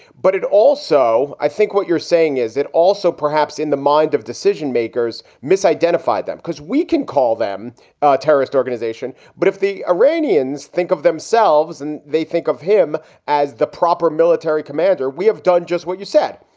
but it also i think what you're saying is it also perhaps in the minds of decision makers, misidentified them because we can call them a terrorist organization. but if the iranians think of themselves and they think of him as the proper military commander, we have done just what you said.